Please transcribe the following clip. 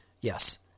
Yes